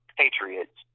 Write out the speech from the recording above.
patriots